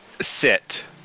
Sit